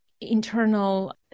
internal